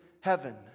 heaven